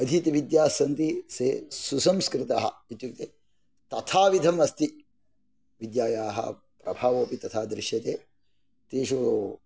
अधीतविद्या सन्ति सुसंस्कृताः इत्युक्ते तथाविधम् अस्ति विद्यायाः प्रभावोपि तथा दृश्यते तेषु